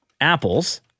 apples